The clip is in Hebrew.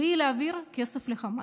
והיא להעביר כסף לחמאס.